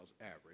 average